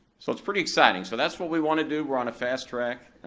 so it's pretty exciting, so that's what we wanna do, we're on a fast track.